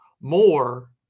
more